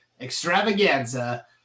Extravaganza